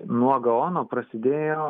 nuo gaono prasidėjo